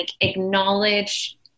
acknowledge